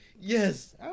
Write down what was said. yes